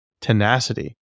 tenacity